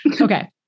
Okay